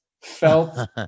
felt